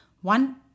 one